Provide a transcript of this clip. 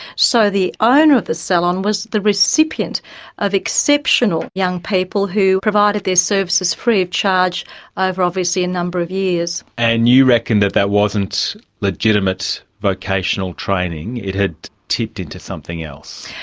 so the owner of the salon was the recipient of exceptional young people who provided their services free of charge ah over obviously a number of years. and you reckoned that that wasn't legitimate vocational training, it had tipped into something else.